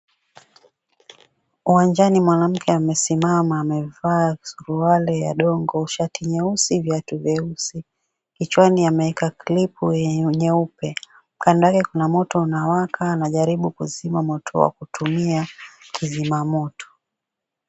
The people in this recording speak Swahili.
Uwanjani mwanamke amesimama amevaa suruali ya dongo, shati nyeusi viatu vyeusi. Kichwani ameeka klipu nyeupe. Kando yake kuna moto unawaka anajaribu kuzima moto akitumia kizima moto.